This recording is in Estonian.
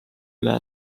üle